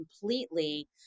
completely